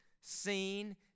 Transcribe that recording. seen